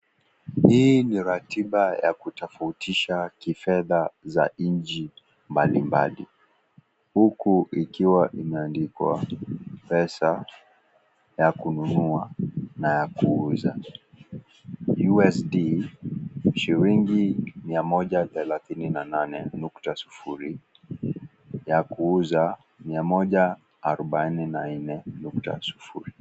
Hii ni ratiba ya kutofautisha kifedha za nchi mbalimbali huku ikiwa imeandikwa pesa ya kununua na ya kuuza usd shilingi mia moja thelatini na nane nukta sufuri ya kuuza mia moja arubaini na nne nukta sufuri.